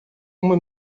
uma